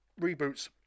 reboots